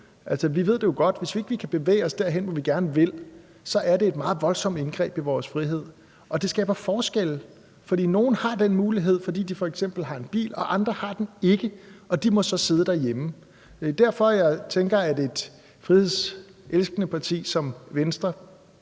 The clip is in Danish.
hvis ikke vi kan bevæge os derhen, hvor vi gerne vil, er det et meget voldsomt indgreb i vores frihed. Og det skaber forskelle, for nogle har den mulighed, fordi de f.eks. har en bil, og andre har den ikke, og de må så sidde derhjemme. Det er derfor, at jeg tænker, at et frihedselskende parti som Venstre